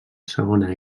segona